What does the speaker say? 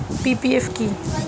PPF কি?